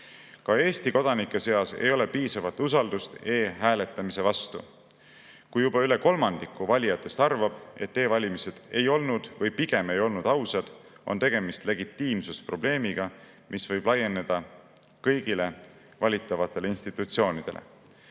Ka Eesti kodanike seas ei ole piisavat usaldust e‑hääletamise vastu. Kui juba üle kolmandiku valijatest arvab, et e‑valimised ei olnud või pigem ei olnud ausad, on tegemist legitiimsusprobleemiga, mis võib laieneda kõigile valitavatele institutsioonidele.